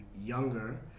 younger